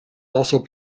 also